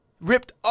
ripped